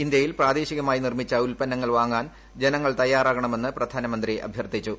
ഇന്ത്യയിൽ പ്രാദേശികമായി നിർമ്മിച്ച ഉൽപ്പന്നങ്ങൾ വാങ്ങാൻ ജനങ്ങൾ തയ്യാറാകണമെന്ന് പ്രധാനമന്ത്രി അഭ്യർത്ഥിച്ചു